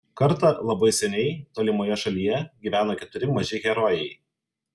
kartą labai seniai tolimoje šalyje gyveno keturi maži herojai